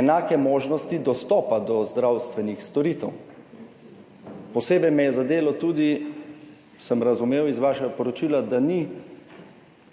enake možnosti dostopa do zdravstvenih storitev. Posebej me je zadelo tudi, kot sem razumel iz vašega poročila, da ni